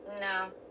No